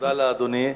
תודה לאדוני.